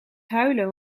huilen